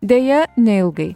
deja neilgai